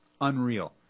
unreal